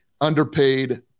underpaid